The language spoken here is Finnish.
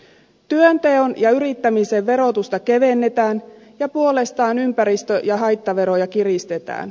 työnteon ja yrittämisen verotusta kevennetään ja puolestaan ympäristö ja haittaveroja kiristetään